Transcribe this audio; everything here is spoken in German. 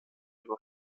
über